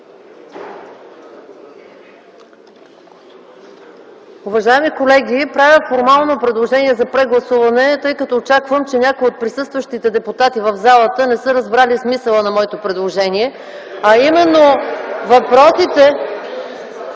Уважаеми колеги, правя формално предложение за прегласуване, тъй като очаквам, че някои от присъстващите депутати в залата не са разбрали смисъла на моето предложение (смях в ГЕРБ), а именно въпросите